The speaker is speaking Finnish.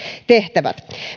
tehtävät